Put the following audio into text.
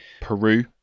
Peru